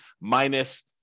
minus